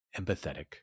empathetic